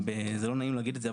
לא נעים להגיד את זה,